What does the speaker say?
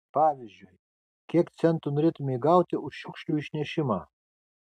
pavyzdžiui kiek centų norėtumei gauti už šiukšlių išnešimą